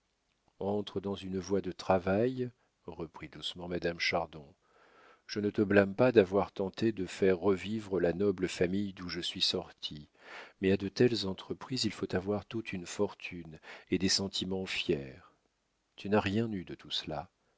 entre dans une voie de travail reprit doucement madame chardon je ne te blâme pas d'avoir tenté de faire revivre la noble famille d'où je suis sortie mais à de telles entreprises il faut avant tout une fortune et des sentiments fiers tu n'as rien eu de tout cela